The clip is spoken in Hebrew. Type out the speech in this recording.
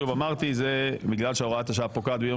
שוב אמרתי זה בגלל שהוראת השעה פוקעת ביום